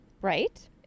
right